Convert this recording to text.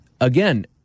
again